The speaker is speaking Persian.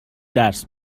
درس